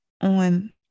on